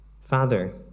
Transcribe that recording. father